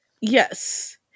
yes